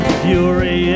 fury